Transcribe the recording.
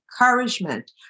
encouragement